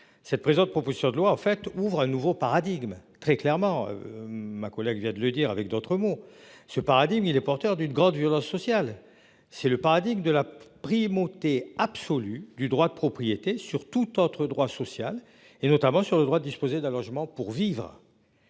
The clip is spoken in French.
Cette présente, proposition de loi en fait ouvre un nouveau paradigme très clairement. Ma collègue vient de le dire avec d'autres mots ce paradis mais il est porteur d'une grande violence sociale, c'est le paradis de la primauté absolue du droit de propriété sur toute autre droit social et notamment sur le droit de disposer d'un logement pour vivre.